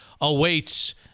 awaits